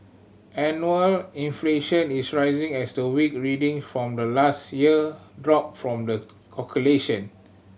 annual inflation is rising as the weak reading from the last year drop from the calculation